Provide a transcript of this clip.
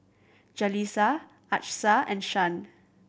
Jaleesa Achsah and Shan